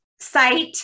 site